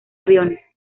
aviones